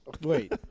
Wait